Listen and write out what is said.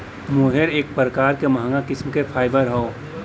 मोहेर एक प्रकार क महंगा किस्म क फाइबर हौ